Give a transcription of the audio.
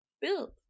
build